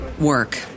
work